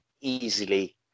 easily